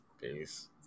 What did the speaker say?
Peace